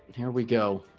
here we go